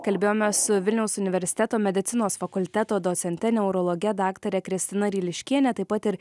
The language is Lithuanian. kalbėjomės su vilniaus universiteto medicinos fakulteto docente neurologe daktare kristina ryliškiene taip pat ir